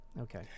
Okay